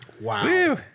Wow